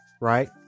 right